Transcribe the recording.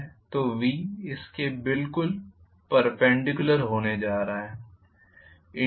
तो v इसके बिल्कुल पर्पेनडिक्युलर होने जा रहा है